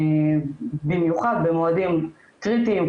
במיוחד במועדים קריטיים,